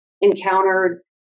encountered